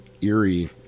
eerie